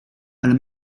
ale